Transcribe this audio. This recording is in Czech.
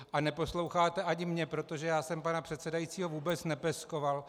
A neposloucháte ani mě, protože já jsem pana předsedajícího vůbec nepeskoval.